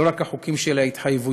לא רק החוקים של ההתחייבויות,